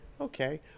Okay